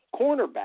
cornerback